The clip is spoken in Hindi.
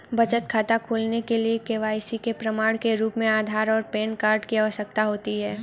बचत खाता खोलने के लिए के.वाई.सी के प्रमाण के रूप में आधार और पैन कार्ड की आवश्यकता होती है